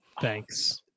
Thanks